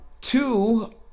two